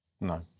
No